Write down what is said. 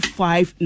five